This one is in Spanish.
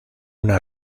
una